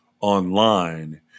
online